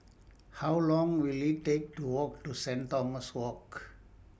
How Long Will IT Take to Walk to Saint Thomas Walk